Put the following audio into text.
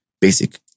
basic